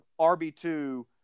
RB2